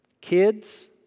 Kids